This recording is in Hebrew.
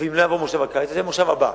ואם לא יבוא בכנס הקיץ, אז יהיה במושב הבא.